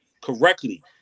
correctly